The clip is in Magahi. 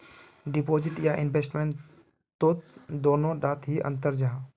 डिपोजिट या इन्वेस्टमेंट तोत दोनों डात की अंतर जाहा?